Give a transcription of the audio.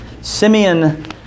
Simeon